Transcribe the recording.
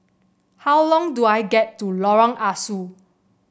how long do I get to Lorong Ah Soo